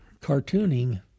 cartooning